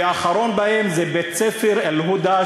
והאחרון בהם זה בית-ספר "אלהודא",